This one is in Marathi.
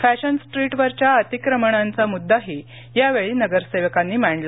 फॅशन स्ट्रीटवरच्या अतीक्रमणांचा मुद्दाही यावेळी नगरसेवकांनी मांडला